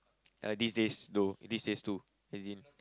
uh these days do these days do as in